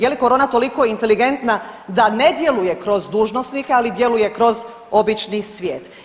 Je li korona toliko inteligentna da ne djeluje kroz dužnosnike, ali djeluje kroz obični svijet?